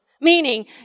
meaning